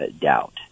doubt